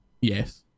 yes